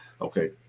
Okay